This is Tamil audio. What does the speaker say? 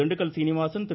திண்டுக்கல் சீனிவாசன் திரு